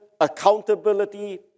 accountability